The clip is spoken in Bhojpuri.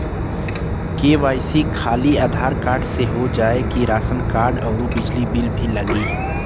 के.वाइ.सी खाली आधार कार्ड से हो जाए कि राशन कार्ड अउर बिजली बिल भी लगी?